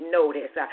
notice